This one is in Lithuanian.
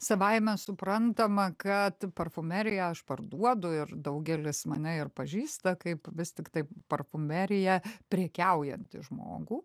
savaime suprantama kad parfumeriją aš parduodu ir daugelis mane ir pažįsta kaip vis tiktai parfumerija prekiaujanti žmogų